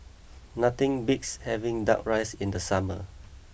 nothing beats having Duck Rice in the summer